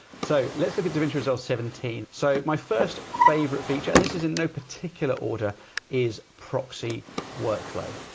so, let's look at davinci resolve seventeen. so my first favorite feature and this is in no particular order is proxy work flow.